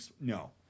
No